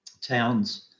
towns